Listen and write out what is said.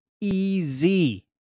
easy